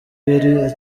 yari